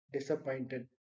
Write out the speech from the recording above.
Disappointed